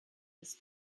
ist